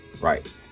Right